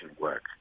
work